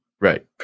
Right